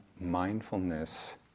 mindfulness